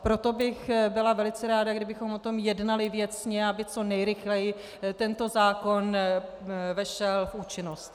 Proto bych byla velice ráda, kdybychom o tom jednali věcně, aby co nejrychleji tento zákon vešel v účinnost.